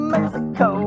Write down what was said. Mexico